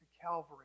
Calvary